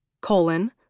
colon